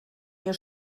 mir